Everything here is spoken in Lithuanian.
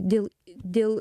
dėl dėl